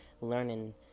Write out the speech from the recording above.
learning